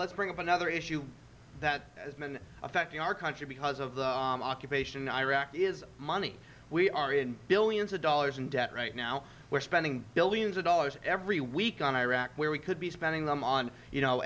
let's bring up another issue that has been affecting our country because of the occupation in iraq is money we are in billions of dollars in debt right now we're spending billions of dollars every week on iraq where we could be spending them on you know